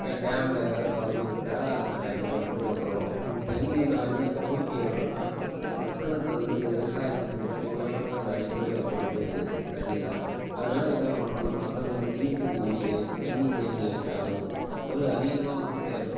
டேம்ல ஏதாவது திறந்து விட்டால் அந்த டைம்ல வந்து வரும் இந்த தண்ணிக்கு நான் என்ன கோரிக்கையிடுறேனா மக்களுக்கு வந்து விவசாயத்துக்கு முக்கியமான ஒரு அடிப்படை ஒன்று வந்து தண்ணி தான் அதனால் என்னா பண்ணனும்னா மக்கள் வந்து வீட்டுக்கு வீடு தண்ணி தேங்கி வைக்கிற அளவுக்கு ஒரு அதிகமாக கூட தேவயில்ல